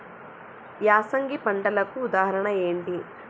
యాసంగి పంటలకు ఉదాహరణ ఏంటి?